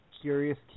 Curious